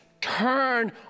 turn